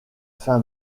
fin